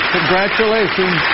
Congratulations